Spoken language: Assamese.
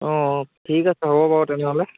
অঁ ঠিক আছে হ'ব বাৰু তেনেহ'লে